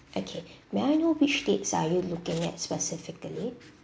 okay may I know which dates are you looking at specifically